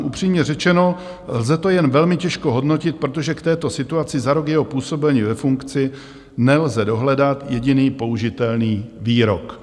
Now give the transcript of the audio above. Upřímně řečeno, lze to jen velmi těžko hodnotit, protože k této situaci za rok jeho působení ve funkci nelze dohledat jediný použitelný výrok.